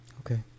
Okay